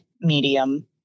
medium